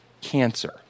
cancer